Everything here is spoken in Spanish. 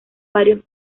varios